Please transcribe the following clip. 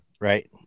right